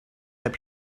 heb